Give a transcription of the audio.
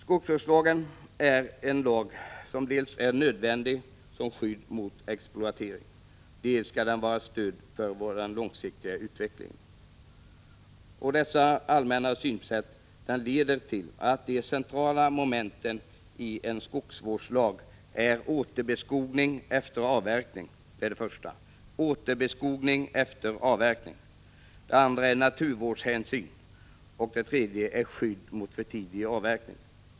Skogsvårdslagen är dels nödvändig som skydd mot exploatering, dels avsedd att vara ett stöd för den långsiktiga utvecklingen. Dessa allmänna synsätt leder till att de centrala momenten i skogsvårdslagen är för det första återbeskogning efter avverkning, för det andra hänsyn till naturvården, för det tredje skydd mot för tidig avverkning.